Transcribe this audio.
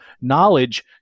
knowledge